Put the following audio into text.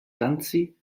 danci